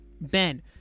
Ben